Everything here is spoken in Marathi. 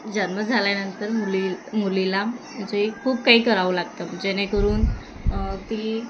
जन्म झाल्यानंतर मुली मुलीला म्हणजे खूप काही करावं लागतं जेणेकरून ती